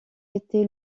été